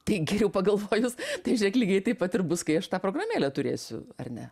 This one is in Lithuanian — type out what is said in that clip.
tai geriau pagalvojus tai žiūrėk lygiai taip pat ir bus kai aš tą programėlę turėsiu ar ne